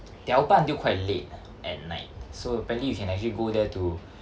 they're open until quite late at night so apparently you can actually go there to